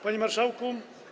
Panie Marszałku!